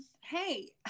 hey